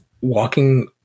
walking